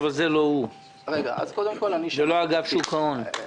אבל זה לא הוא, זה לא אגף שוק ההון.